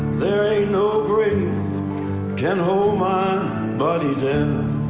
there ain't no grave can hold body down